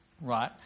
right